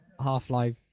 half-life